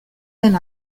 den